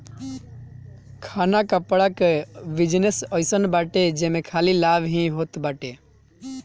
खाना कपड़ा कअ बिजनेस अइसन बाटे जेमे खाली लाभ ही होत बाटे